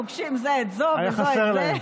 פוגשים זה את זו וזו את זה,